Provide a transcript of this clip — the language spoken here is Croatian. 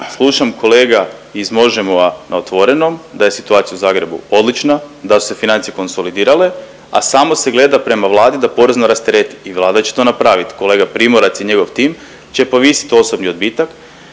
Slušam, kolega iz Možemo!-a na Otvorenom, da je situacija u Zagrebu odlična, da su se financije konsolidirale, a samo se gleda prema Vladi da porezno rastereti i Vlada će to napravit, kolega Primorac i njegov tim će povisit osobni odbitak,